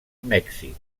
mèxic